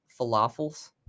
Falafels